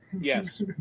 Yes